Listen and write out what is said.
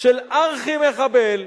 של ארכי-מחבל,